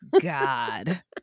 God